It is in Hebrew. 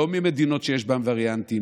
לא ממדינות שיש בהן וריאנטים,